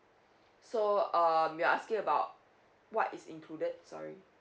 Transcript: so um you're asking about what is included sorry